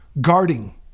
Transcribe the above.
guarding